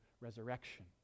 resurrection